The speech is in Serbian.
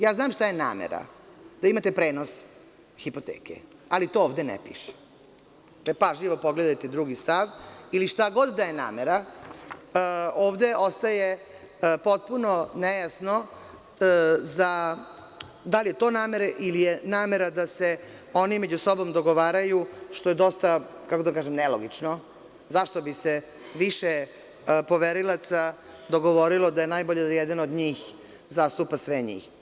Ja znam šta je namera da imate prenos hipoteke, ali to ovde ne piše, to pažljivo pogledajte drugi stav ili šta god da je namera, ovde ostaje potpuno nejasno, da li je to namera ili je namera da se oni među sobom dogovaraju, što je dosta nelogično, zašto bi se više poverilaca dogovorilo da je najbolje da jedan od njih zastupa sve njih.